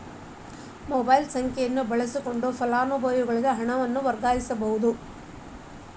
mobile ಸಂಖ್ಯೆಯನ್ನ ಬಳಸಕೊಂಡ ಫಲಾನುಭವಿಗೆ ಹಣನ ವರ್ಗಾಯಿಸಬೋದ್